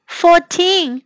fourteen